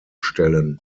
stellen